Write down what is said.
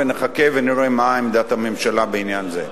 נחכה ונראה מה עמדת הממשלה בעניין הזה.